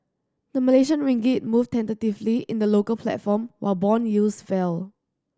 the Malaysian ringgit moved tentatively in the local platform while bond yields fell